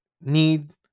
need